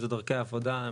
זה דרכי העבודה.